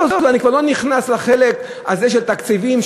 אני כבר לא נכנס לחלק הזה של תקציבים,